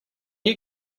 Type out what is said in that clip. you